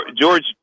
George